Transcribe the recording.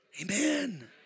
Amen